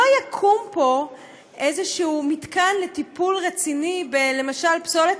לא יקום פה מתקן לטיפול רציני למשל בפסולת